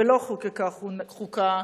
ולא חוקקה חוקה,